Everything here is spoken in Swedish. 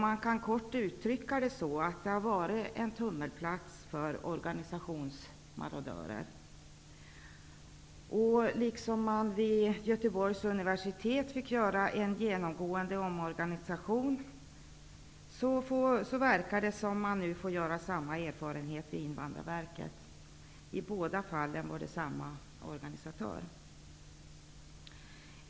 Man kan kort uttrycka det så att det har varit en tummelplats för organisationsmarodörer. Vid Göteborgs universitet gjordes en genomgående omorganisation, och det verkar som om man nu får göra samma erfarenhet vid Invandrarverket. I båda fallen var det samma organisatör.